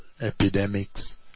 epidemics